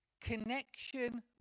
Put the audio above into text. connection